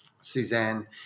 Suzanne